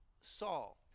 Saul